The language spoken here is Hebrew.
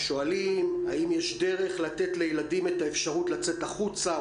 שואלים האם יש דרך לתת לילדים את האפשרות לצאת החוצה,